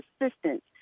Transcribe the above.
assistance